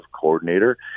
coordinator